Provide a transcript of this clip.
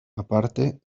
aparte